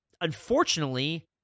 unfortunately